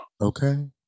Okay